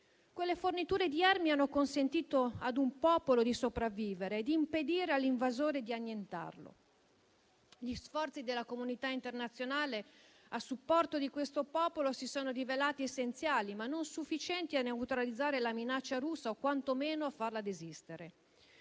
Quelle forniture di armi hanno consentito a un popolo di sopravvivere e hanno impedito all'invasore di annientarlo. Gli sforzi della comunità internazionale a supporto di quel popolo si sono rivelati essenziali, ma non sufficienti a neutralizzare la minaccia russa o, quantomeno, a farla desistere.